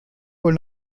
wohl